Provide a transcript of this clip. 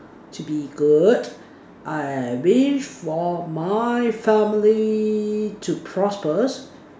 to be good I wish for my family to prosper